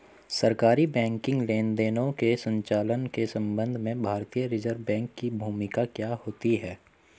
सरकारी बैंकिंग लेनदेनों के संचालन के संबंध में भारतीय रिज़र्व बैंक की भूमिका क्या होती है?